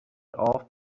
off